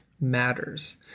matters